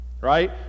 Right